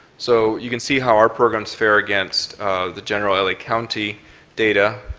so you can see how our programs fare against the general l a. county data.